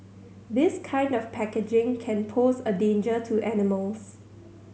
this kind of packaging can pose a danger to animals